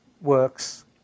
works